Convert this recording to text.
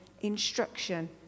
instruction